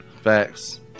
facts